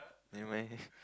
never mind